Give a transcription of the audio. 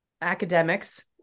Academics